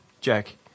Jack